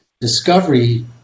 discovery